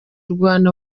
rwanda